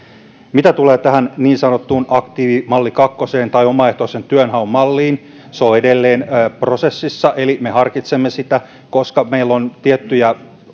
mitä tulee tähän niin sanottuun aktiivimalli kakkoseen tai omaehtoisen työnhaun malliin se on edelleen prosessissa eli me harkitsemme sitä koska meillä on tiettyjä